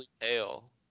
Tail